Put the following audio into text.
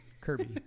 Kirby